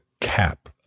cap